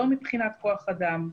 לא מבחינת כוח אדם,